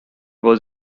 was